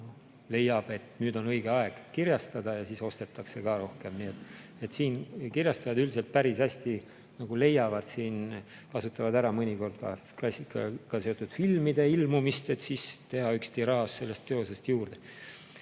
leiab, et nüüd on õige aeg kirjastada ja siis ostetakse ka rohkem. Nii et kirjastajad üldiselt päris hästi leiavad siin [võimaluse], kasutavad ära mõnikord ka klassikaga seotud filmide ilmumist, et siis teha üks tiraaž sellest teosest juurde.